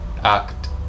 act